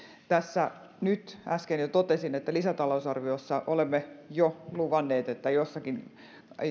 tässä äsken jo totesin että lisätalousarviossa olemme jo luvanneet että jollakin